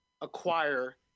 acquire